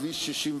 תקציב.